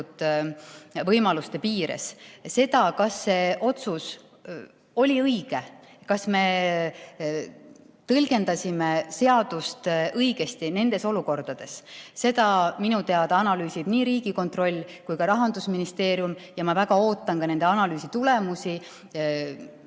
võimaluste piires. Seda, kas see otsus oli õige, kas me tõlgendasime seadust õigesti selles olukorras, minu teada analüüsivad nii Riigikontroll kui ka Rahandusministeerium ja ma väga ootan nende analüüsi tulemusi.